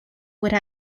would